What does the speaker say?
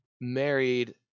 married